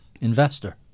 investor